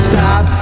Stop